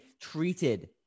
treated